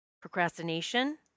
Procrastination